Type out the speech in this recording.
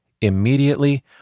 immediately